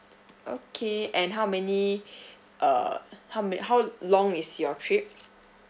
okay and how many uh how many how long is your trip